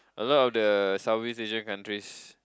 a lot of the SoutEast-Asian countries